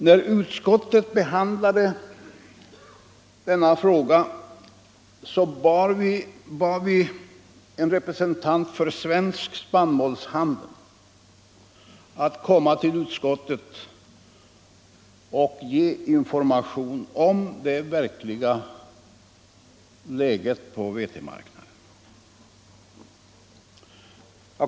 När utskottet behandlade denna fråga bad vi en representant för Svensk spannmålshandel att komma till utskottet och ge en information om det verkliga läget på vetemarknaden.